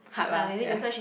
hard lah yes